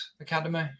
Academy